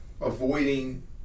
avoiding